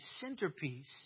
centerpiece